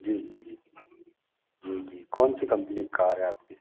जी जी जी जी कौनसी कम्पनी की कार है आपकी